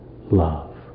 love